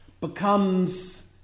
becomes